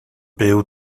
byw